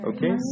Okay